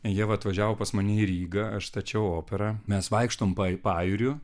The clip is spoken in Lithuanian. ieva atvažiavo pas mane į rygą aš stačiau operą mes vaikštom pajūriu